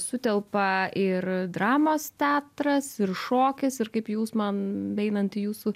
sutelpa ir dramos teatras ir šokis ir kaip jūs man beeinant į jūsų